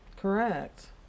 Correct